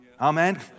Amen